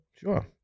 Sure